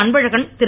Anbazhagan Thiru